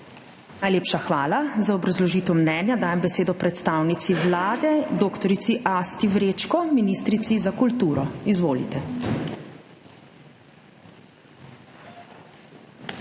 Najlepša hvala. Za obrazložitev mnenja dajem besedo predstavnici Vlade dr. Asti Vrečko, ministrici za kulturo. Izvolite.